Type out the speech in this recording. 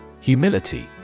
Humility